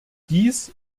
dies